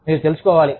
మీరు తెలుసుకోవాలి